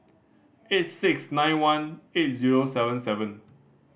eight six nine one eight zero seven seven